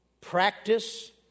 practice